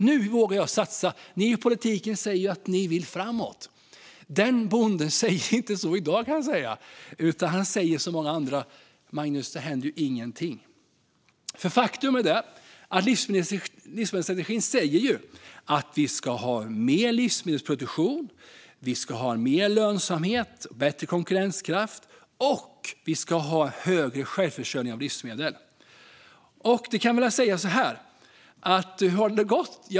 Nu vågar jag satsa. Ni i politiken säger att ni vill framåt. Den bonden säger inte så i dag, kan jag säga, utan han säger som många andra: Magnus, det händer ju ingenting. Faktum är att livsmedelsstrategin säger att vi ska ha mer livsmedelsproduktion, mer lönsamhet, bättre konkurrenskraft och högre självförsörjning av livsmedel. Hur har det då gått?